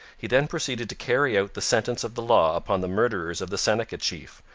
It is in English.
he then proceeded to carry out the sentence of the law upon the murderers of the seneca chief,